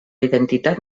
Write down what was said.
identitat